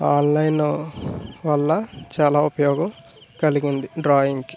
ఆన్లైన్ల వల్ల చాలా ఉపయోగం కలిగింది డ్రాయింగ్కి